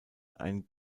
ein